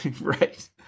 right